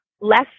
less